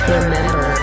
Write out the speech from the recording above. Remember